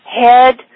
head